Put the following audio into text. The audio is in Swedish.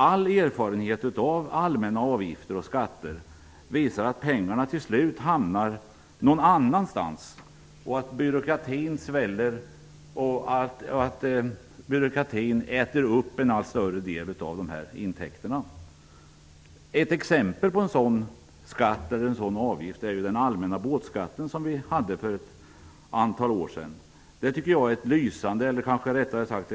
All erfarenhet av allmänna avgifter och skatter visar nämligen att pengarna till slut hamnar någon annanstans och att byråkratin sväller och kommer att äta upp en allt större del av intäkterna. Ett exempel på en sådan avgift är den allmänna båtskatt som vi hade för ett antal år sedan. Det är ett lysande eller kanske rättare sagt